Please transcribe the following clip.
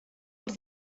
els